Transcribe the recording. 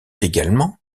également